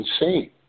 insane